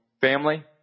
family